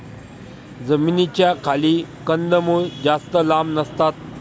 जमिनीच्या खाली कंदमुळं जास्त लांब नसतात